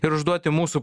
ir užduoti mūsų